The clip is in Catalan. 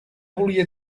volia